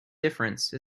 difference